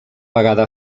vegada